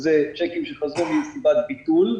זה צ'קים שחזרו מסיבת ביטול,